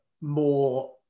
more